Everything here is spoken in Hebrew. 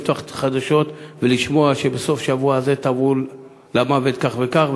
לפתוח את החדשות ולשמוע שבסוף שבוע זה טבעו למוות כך וכך.